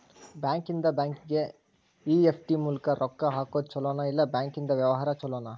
ಬ್ಯಾಂಕಿಂದಾ ಬ್ಯಾಂಕಿಗೆ ಇ.ಎಫ್.ಟಿ ಮೂಲ್ಕ್ ರೊಕ್ಕಾ ಹಾಕೊದ್ ಛಲೊನೊ, ಇಲ್ಲಾ ಬ್ಯಾಂಕಿಂದಾ ವ್ಯವಹಾರಾ ಛೊಲೊನೊ?